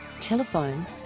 Telephone